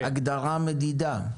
הגדרה מדידה?